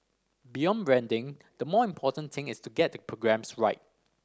beyond branding the more important thing is to get the programmes right